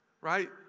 right